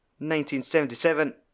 1977